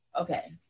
Okay